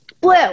Blue